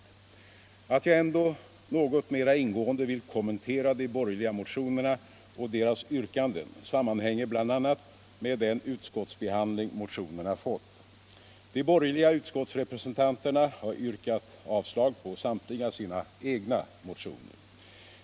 Att 10 november 1976 Jag ändå något mera ingående vill kommentera de borgerliga motionerna.- sL och yrkandena i dessa sammanhäneger bl.a. med den utskottsbehandling Vissa tandvårdsfråmotionerna fått. gor De borgerliga utskottsrepresentanterna har yrkat avslag på samtliga sina egna motioner.